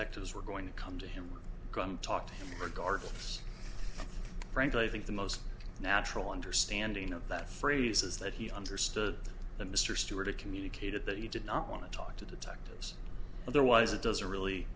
actors were going to come to him come talk regardless frankly i think the most natural understanding of that phrase is that he understood that mr stewart communicated that he did not want to talk to detectives otherwise it doesn't really